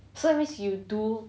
so means you do